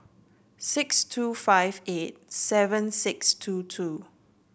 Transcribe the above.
six two five eight seven six two two